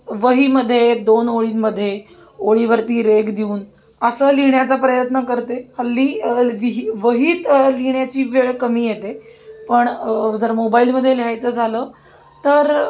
वहीमध्ये दोन ओळींमध्ये ओळीवरती रेघ देऊन असं लिहिण्याचा प्रयत्न करते हल्ली विही वहीत लिहिण्याची वेळ कमी येते पण जर मोबाईलमध्ये लिहायचं झालं तर